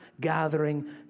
gathering